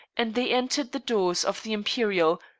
and they entered the doors of the imperial,